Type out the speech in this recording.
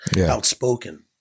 outspoken